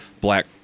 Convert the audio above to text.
black